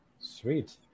Sweet